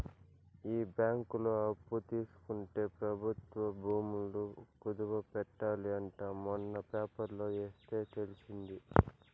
ఈ బ్యాంకులో అప్పు తీసుకుంటే ప్రభుత్వ భూములు కుదవ పెట్టాలి అంట మొన్న పేపర్లో ఎస్తే తెలిసింది